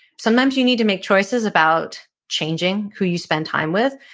sometimes you need to make choices about changing who you spend time with,